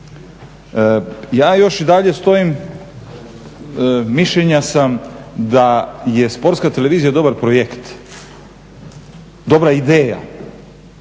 Ja još i dalje stojim, mišljenja sam da je sportska televizija dobar projekt, dobra ideja.